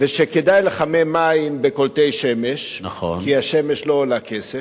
ושכדאי לחמם מים בקולטי שמש, כי השמש לא עולה כסף.